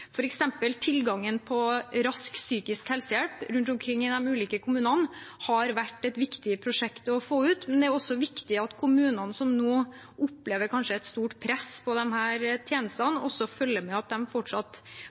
tilgangen på rask psykisk helsehjelp rundt omkring i de ulike kommunene vært et viktig prosjekt å få ut, men det er også viktig at kommunene som nå kanskje opplever et stort press på disse tjenestene, følger med, at de fortsatt